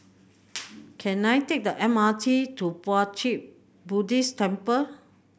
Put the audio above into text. can I take the M R T to Puat Jit Buddhist Temple